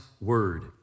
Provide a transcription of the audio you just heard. word